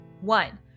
One